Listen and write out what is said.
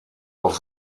auf